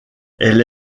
elle